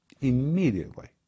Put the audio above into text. Immediately